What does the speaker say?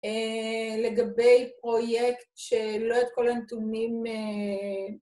לגבי פרויקט שלא את כל הנתונים